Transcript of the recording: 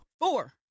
Four